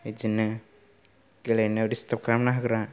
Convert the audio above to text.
बिदिनो गेलेनायाव दिस्टार्ब खालामना होग्रा